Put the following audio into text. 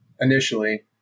Initially